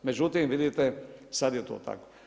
Međutim vidite sada je to tako.